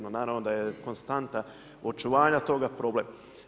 Naravno da je konstanta očuvanja toga problem.